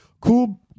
cool